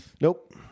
Nope